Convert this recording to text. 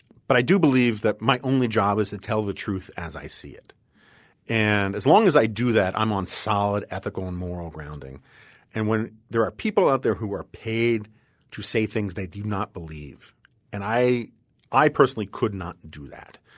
but i do believe that my only job is to tell the truth as i see it and as long as i do that, i'm on solid ethical and moral grounding and when there are people out there who are paid to say things they do not believe and i i personally could not do that.